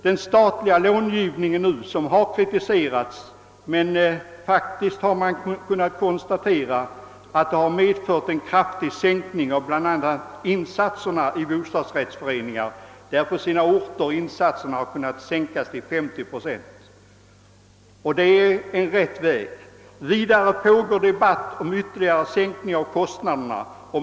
Den statliga långivningen har kritiserats, men man har faktiskt kunnat konstatera att den medfört en kraftig sänkning av bl.a. insatserna i bostadsrättsföreningar, där insatserna på sina håll kunnat sänkas med 50 procent. Vidare pågår debatt om ytterligare sänkning av kostnaderna.